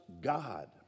God